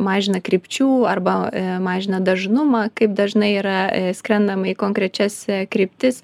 mažina krypčių arba mažina dažnumą kaip dažnai yra skrendama į konkrečias kryptis